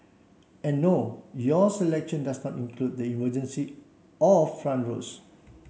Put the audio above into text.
and no your selection does not include the emergency or front rows